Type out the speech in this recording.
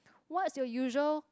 what's your usual